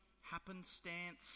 happenstance